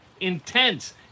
intense